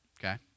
Okay